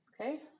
Okay